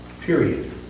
period